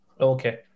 Okay